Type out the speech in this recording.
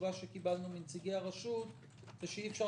התשובה שקיבלנו מנציגי הרשות זה שאי אפשר